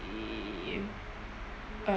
uh